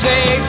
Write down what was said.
Say